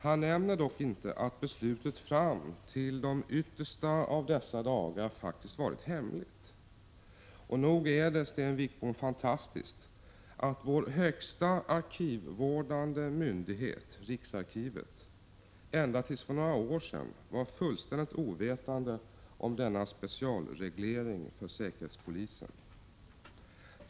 Han nämner dock inte att beslutet fram till de yttersta av dessa dagar faktiskt har varit hemligt. Nog är det fantastiskt, Sten Wickbom, att vår högsta arkivvårdande myndighet, riksarkivet, ända tills för några år sedan var fullständigt ovetande om denna specialreglering för säkerhetspolisen.